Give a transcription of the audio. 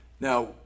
Now